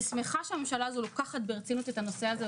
אני שמחה שהממשלה הזאת לוקחת ברצינות את הנושא הזה,